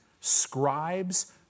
scribes